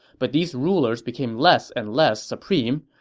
but these rulers became less and less supreme,